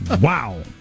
Wow